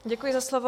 Děkuji za slovo.